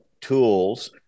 tools